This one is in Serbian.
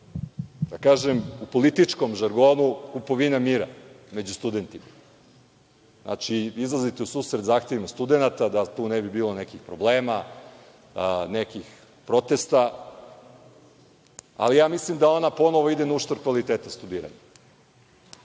da kažem u političkom žargonu, kupovina mira među studentima. Izlazite u susret zahtevima studenata da tu ne bi bilo nekih problema, nekih protesta, ali ja mislim da ona ponovo ide na uštrb kvaliteta studiranja. Ja